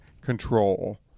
control